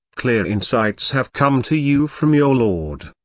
clear insights have come to you from your lord.